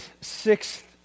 sixth